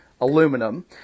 aluminum